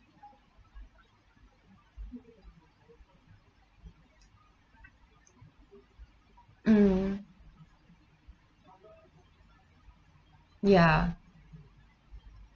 mm ya